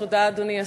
תודה, אדוני השר.